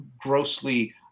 grossly